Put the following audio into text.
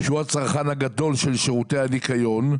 שהוא הצרכן הגדול של שירותי הניקיון,